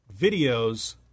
videos